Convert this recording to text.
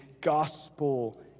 gospel